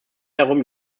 darum